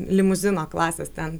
limuzino klasės ten